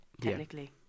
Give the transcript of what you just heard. Technically